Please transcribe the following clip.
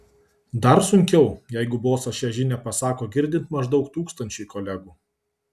dar sunkiau jeigu bosas šią žinią pasako girdint maždaug tūkstančiui kolegų